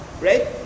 right